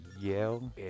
yell